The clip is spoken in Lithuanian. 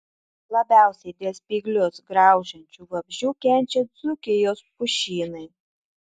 labiausiai dėl spyglius graužiančių vabzdžių kenčia dzūkijos pušynai